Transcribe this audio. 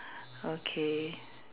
okay